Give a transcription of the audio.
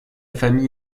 famille